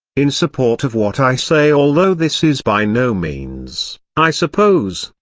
in support of what i say although this is by no means, i suppose,